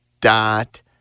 dot